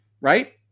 right